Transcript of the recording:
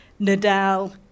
Nadal